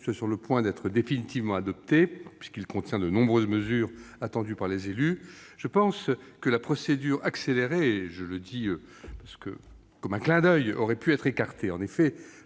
soit sur le point d'être définitivement adopté, puisqu'il contient de nombreuses mesures attendues par les élus, je pense que la procédure accélérée aurait pu être écartée